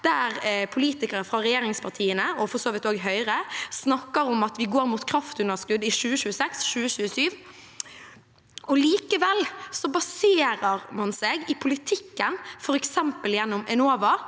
der politikere fra regjeringspartiene, og for så vidt også fra Høyre, snakker om at vi går mot kraftunderskudd i 2026/2027, og likevel baserer man seg i politikken, f.eks. gjennom Enova,